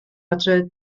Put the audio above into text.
adre